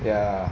ya